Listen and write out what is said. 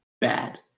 bad